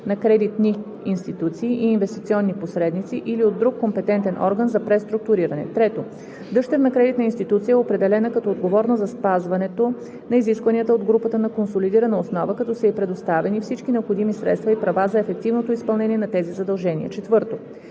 на кредитни институции и инвестиционни посредници или от друг компетентен орган за преструктуриране; 3. дъщерна кредитна институция е определена като отговорна за спазването на изискванията от групата на консолидирана основа, като са ѝ предоставени всички необходими средства и права за ефективното изпълнение на тези задължения; 4.